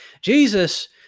Jesus